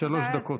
שלוש דקות.